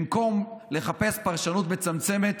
במקום לחפש פרשנות מצמצמת,